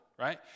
right